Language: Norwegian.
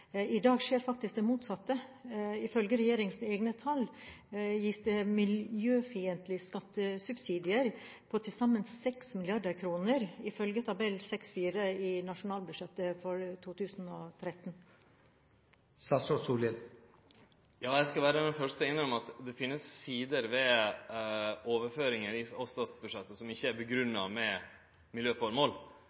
I dag skjer faktisk det motsatte. Ifølge regjeringens egne tall gis det miljøfiendtlige skattesubsidier på til sammen 6 mrd. kr, jf. tabell 6.4. i nasjonalbudsjettet for 2013. Eg skal vere den første til å innrømme at det finst sider ved overføringar og statsbudsjettet som ikkje er grunngjeve med miljøformål,